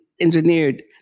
engineered